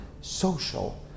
social